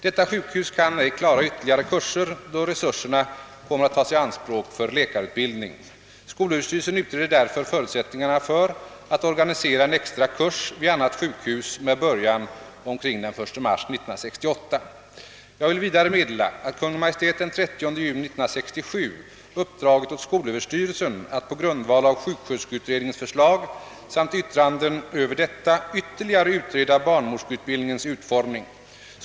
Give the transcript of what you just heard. Detta sjukhus kan ej klara ytterligare kurser då resurserna kommer att tas i anspråk för läkarutbildning. Skolöverstyrelsen utreder därför förutsättningarna för att organisera en extra kurs vid annat sjukhus med början omkring den 1 mars 1968. Jag vill vidare meddela, att Kungl. Maj:t den 30 juni 1967 uppdragit åt skolöverstyrelsen att på grundval av sjuksköterskeutredningens förslag samt yttranden över detta ytterligare utreda barnmorskeutbildningens utformning.